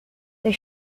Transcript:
they